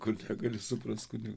kur čia gali suprast kunig